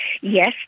Yes